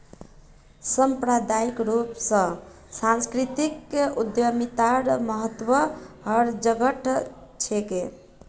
सांप्रदायिक रूप स सांस्कृतिक उद्यमितार महत्व हर जघट छेक